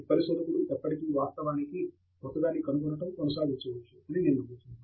ప్రతి పరిశోధకుడు ఎప్పటికీ వాస్తవానికి క్రొత్తదాన్ని కనుగొనడం కొనసాగించవచ్చు అని నేను నమ్ముతున్నాను